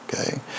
Okay